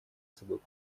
собой